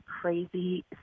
crazy